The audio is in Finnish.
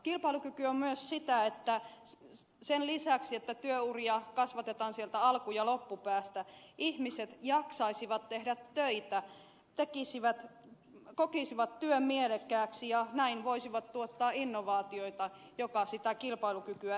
kilpailukyky on sen lisäksi että työuria kasvatetaan sieltä alku ja loppupäästä myös sitä että ihmiset jaksaisivat tehdä töitä kokisivat työn mielekkääksi ja näin voisivat tuottaa innovaatioita jotka sitä kilpailukykyä edistävät